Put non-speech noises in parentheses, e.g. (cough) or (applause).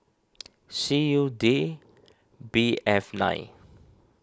(noise) C U D B F nine